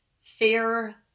fair